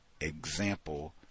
example